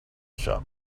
shop